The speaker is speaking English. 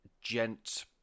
gent